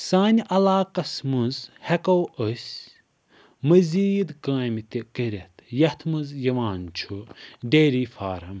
سانہِ علاقَس منٛز ہٮ۪کَو أسۍ مٔزیٖد کامہِ تہِ کٔرِتھ یَتھ منٛز یِوان چھُ ڈیری فارٕم